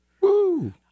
Woo